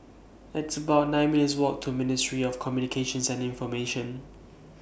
It's about nine minutes' Walk to Ministry of Communications and Information